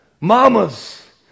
Mamas